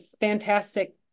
fantastic